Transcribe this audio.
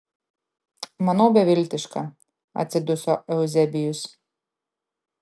manau beviltiška atsiduso euzebijus